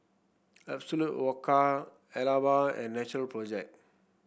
Absolut Vodka Alba and Natural Project